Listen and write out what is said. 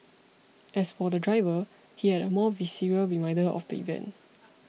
as for the driver he had a more visceral reminder of the event